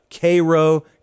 Cairo